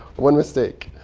one mistake.